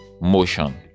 motion